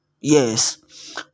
Yes